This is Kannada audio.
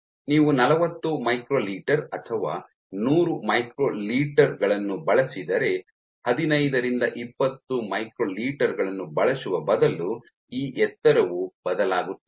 ನೀವು ನಲವತ್ತು ಮೈಕ್ರೊಲೀಟರ್ ಅಥವಾ ನೂರು ಮೈಕ್ರೊಲೀಟರ್ ಗಳನ್ನು ಬಳಸಿದರೆ ಹದಿನೈದರಿಂದ ಇಪ್ಪತ್ತು ಮೈಕ್ರೊಲೀಟರ್ ಗಳನ್ನು ಬಳಸುವ ಬದಲು ಈ ಎತ್ತರವು ಬದಲಾಗುತ್ತದೆ